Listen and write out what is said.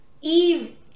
Eve